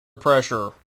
pressure